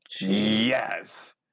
yes